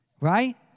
right